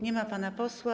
Nie ma pana posła.